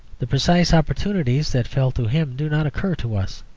the precise opportunities that fell to him do not occur to us.